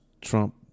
Trump